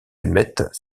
émettent